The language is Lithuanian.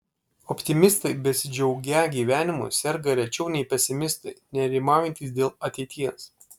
optimistai besidžiaugią gyvenimu serga rečiau nei pesimistai nerimaujantys dėl ateities